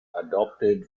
adopted